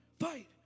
fight